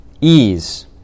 ease